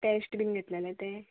test बीन घेतलेलें तें